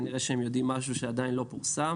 כנראה שהם יודעים משהו שעדיין לא פורסם.